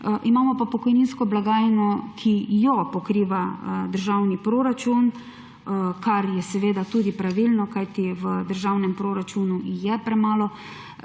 imamo pa pokojninsko blagajno, ki jo pokriva državni proračun, kar je tudi pravilno, kajti v pokojninski blagajni je premalo